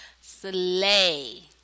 slay